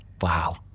Wow